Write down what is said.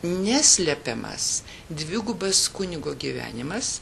neslepiamas dvigubas kunigo gyvenimas